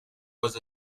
was